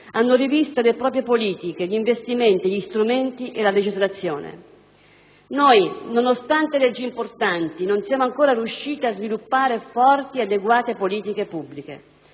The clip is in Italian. hanno rivisto le proprie politiche relative a investimenti, strumenti e legislazioni. In Italia, nonostante leggi importanti, non siamo ancora riusciti a sviluppare forti e adeguate politiche pubbliche.